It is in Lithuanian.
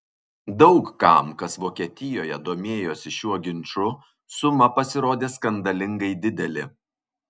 daug kam kas vokietijoje domėjosi šiuo ginču suma pasirodė skandalingai didelė